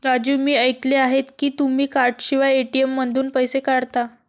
राजू मी ऐकले आहे की तुम्ही कार्डशिवाय ए.टी.एम मधून पैसे काढता